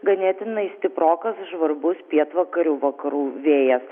ganėtinai stiprokas žvarbus pietvakarių vakarų vėjas